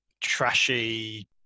trashy